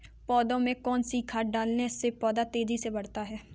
पौधे में कौन सी खाद डालने से पौधा तेजी से बढ़ता है?